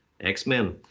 X-Men